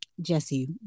Jesse